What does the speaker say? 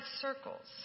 circles